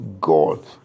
God